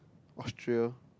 Austria